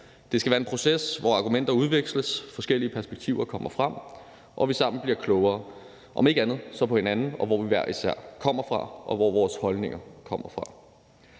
Det skal være en proces, hvor argumenter udveksles, forskellige perspektiver kommer frem og vi sammen bliver klogere, om ikke andet så på hinanden, hvor vi hver især kommer fra, og hvor vores holdninger kommer fra.